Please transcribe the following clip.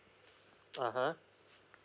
(uh huh)